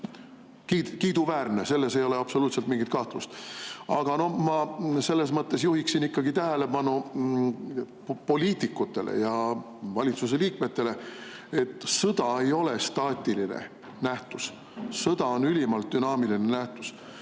kiiduväärne, selles ei ole absoluutselt mingit kahtlust. Aga ma selles mõttes juhiksin ikkagi poliitikute ja valitsuse liikmete tähelepanu sellele, et sõda ei ole staatiline nähtus, sõda on ülimalt dünaamiline nähtus.